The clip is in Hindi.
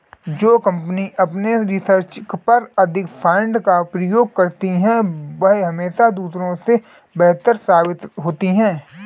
जो कंपनी अपने रिसर्च पर अधिक फंड का उपयोग करती है वह हमेशा दूसरों से बेहतर साबित होती है